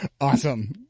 Awesome